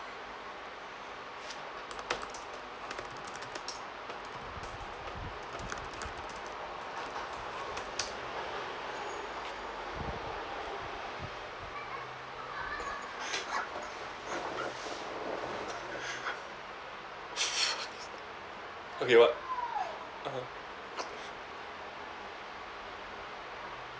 okay what (uh huh)